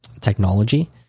technology